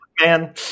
Man